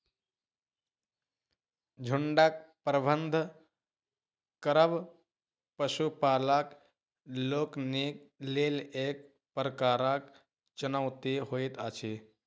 झुंडक प्रबंधन करब पशुपालक लोकनिक लेल एक प्रकारक चुनौती होइत अछि